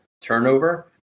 turnover